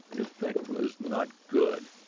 the effect was not good.